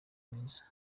myiza